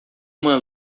uma